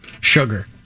Sugar